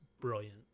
brilliant